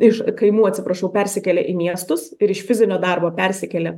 iš kaimų atsiprašau persikėlė į miestus ir iš fizinio darbo persikėlė